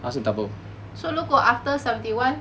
so 如果 after seventy one